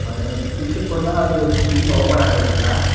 ஆமாங்க சுவிட்சு போட்டால் அதில் ஸ்க்ரீனு ஓபன் ஆகுதுங்களா